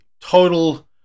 total